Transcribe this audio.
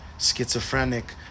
schizophrenic